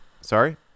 Sorry